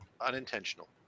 unintentional